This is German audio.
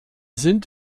sind